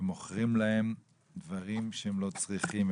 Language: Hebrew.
ומוכרים להם דברים שהם לא צריכים,